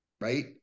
right